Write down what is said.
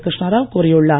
கிருஷ்ணாராவ் கூறியுள்ளார்